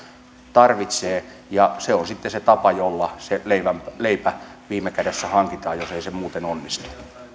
tarvitsevat se on sitten se tapa jolla se leipä leipä viime kädessä hankitaan jos ei se muuten onnistu